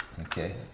Okay